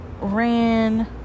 ran